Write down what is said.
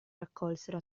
raccolsero